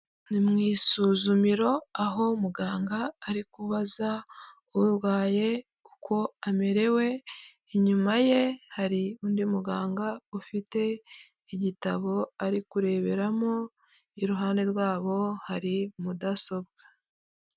Ni mu isuzumiro aho muganga ari kubaza urwaye uko amerewe, inyuma ye hari undi muganga ufite igitabo ari kureberamo iruhande rwabo hari mudasobwa.